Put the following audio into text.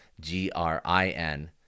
g-r-i-n